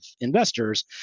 investors